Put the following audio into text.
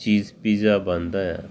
ਚੀਜ਼ ਪੀਜ਼ਾ ਬਣਦਾ ਆ